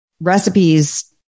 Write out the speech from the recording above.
recipes